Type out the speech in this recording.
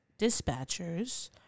dispatchers